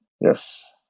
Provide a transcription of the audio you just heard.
Yes